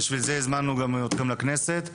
בשביל זה הזמנו גם אתכם לכנסת.